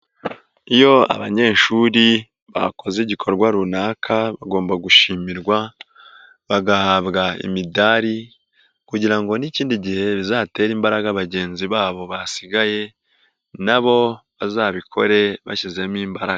Iyo abanyeshuri bakoze igikorwa runaka bagomba gushimirwa bagahabwa imidari kugira ngo n'ikindi gihe bizatere imbaraga bagenzi babo basigaye na bo bazabikore bashyizemo imbaraga.